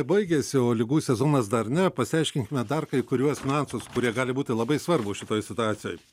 baigėsi o ligų sezonas dar ne pasiaiškinkime dar kai kuriuos finansus kurie gali būti labai svarbūs šitoj situacijoj